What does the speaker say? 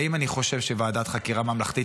האם אני חושב שוועדת חקירה ממלכתית